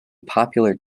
popular